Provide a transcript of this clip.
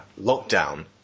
lockdown